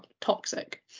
toxic